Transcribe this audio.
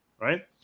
right